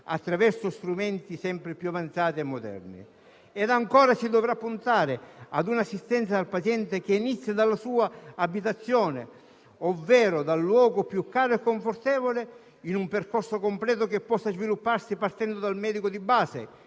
attraverso strumenti sempre più avanzati e moderni. E ancora, si dovrà puntare ad un'assistenza al paziente, che inizi dalla sua abitazione, ovvero dal luogo più caro e confortevole, in un percorso completo, che possa svilupparsi partendo dal medico di base,